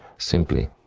simply.